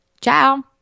Ciao